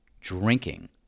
drinking